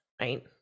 right